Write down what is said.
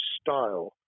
style